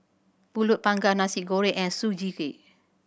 Pulut Panggang Nasi Goreng and Sugee Cake